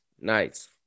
Nice